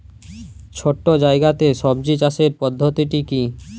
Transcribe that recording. ছোট্ট জায়গাতে সবজি চাষের পদ্ধতিটি কী?